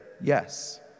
yes